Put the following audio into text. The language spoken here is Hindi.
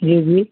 जी जी